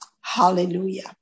hallelujah